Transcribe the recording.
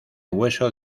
hueso